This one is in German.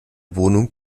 wohnung